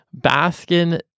Baskin